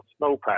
snowpack